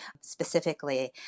specifically